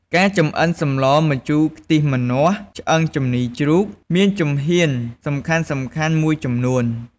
ការចម្អិនសម្លម្ជូរខ្ទិះម្នាស់ឆ្អឹងជំនីរជ្រូក មានជំហានសំខាន់ៗមួយចំនួន។